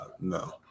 No